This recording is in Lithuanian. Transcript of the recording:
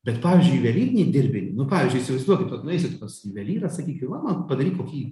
bet pavyzdžiui juvelyriniai dirbiniai nu pavyzdžiui įsivaizduokit vat nueisit pas juvelyrą sakykim va man padaryk kokį